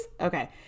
Okay